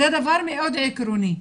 זה דבר מאוד עקרוני.